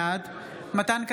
בעד מתן כהנא,